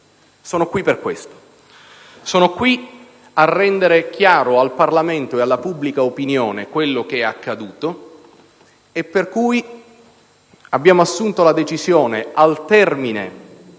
Sono qui per questo. Sono qui a rendere chiaro al Parlamento e alla pubblica opinione quello che è accaduto e per cui abbiamo assunto la decisione, al termine